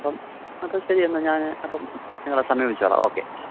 അപ്പം അപ്പോൾ ശരി എന്നാൽ ഞാൻ അപ്പം നിങ്ങളെ സമീപിച്ചോളാം ഓക്കെ